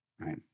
right